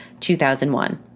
2001